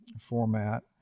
format